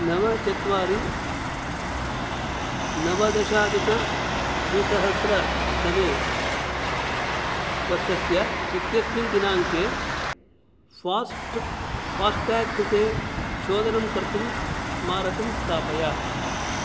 नवचत्वारि नवदशाधिकद्विसहस्रतमवर्षस्य इत्यस्मिन् दिनाङ्के फ़ास्ट् फ़ास्टाग् कृते शोधनं कर्तुं स्मारकं स्थापय